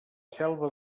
selva